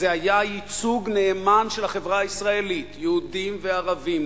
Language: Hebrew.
זה היה ייצוג נאמן של החברה הישראלית: יהודים וערבים,